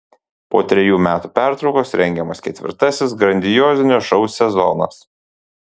po trejų metų pertraukos rengiamas ketvirtasis grandiozinio šou sezonas